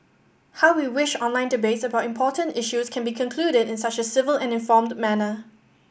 how we wish online debates about important issues can be concluded in such a civil and informed manner